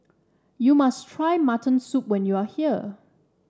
you must try Mutton Soup when you are here